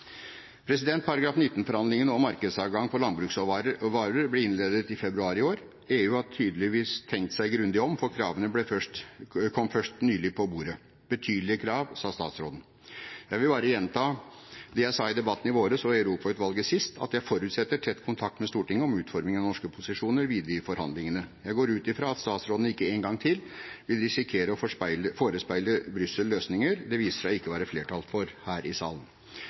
konkurrenter. Paragraf 19-forhandlingene om markedsadgang for landbruksvarer ble innledet i februar i år. EU har tydeligvis tenkt seg grundig om, for kravene kom først nylig på bordet – betydelige krav, sa statsråden. Jeg vil bare gjenta det jeg sa i debatten i våres og i Europautvalget sist, at jeg forutsetter tett kontakt med Stortinget om utforming av norske posisjoner videre i forhandlingene. Jeg går ut fra at statsråden ikke en gang til vil risikere å forespeile Brussel løsninger det viser seg ikke å være flertall for her i salen.